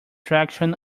traction